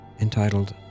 entitled